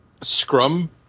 Scrum